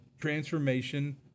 transformation